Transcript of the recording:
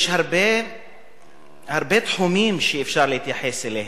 יש הרבה תחומים שאפשר להתייחס אליהם,